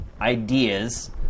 ideas